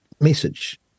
message